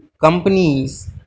companies